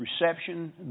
reception